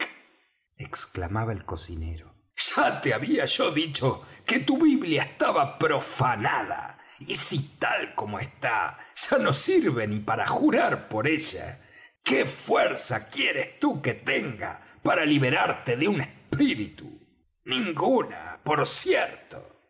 exclamaba el cocinero ya te había yo dicho que tu biblia estaba profanada y si tal como está ya no sirve ni para jurar por ella qué fuerza quieres tú que tenga para libertarte de un espritu ninguna por cierto